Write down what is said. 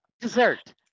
Dessert